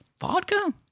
vodka